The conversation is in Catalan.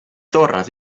torres